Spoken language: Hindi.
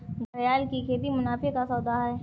घड़ियाल की खेती मुनाफे का सौदा है